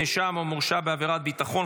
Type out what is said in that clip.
נאשם או מורשע בעבירת ביטחון,